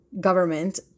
government